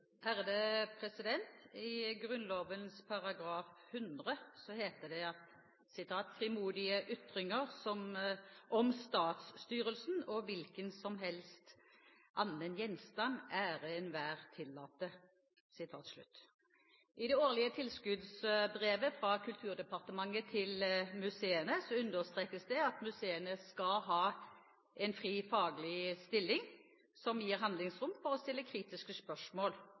I Grunnloven § 100 heter det: «Frimodige Ytringer om Statsstyrelsen og hvilkensomhelst anden Gjenstand ere Enhver tilladte.» I det årlige tilskuddsbrevet fra Kulturdepartementet til museene understrekes det at museene skal ha en fri, faglig stilling som gir handlingsrom for å stille kritiske spørsmål